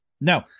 No